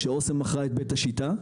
כשאסם מכרה את בית השיטה.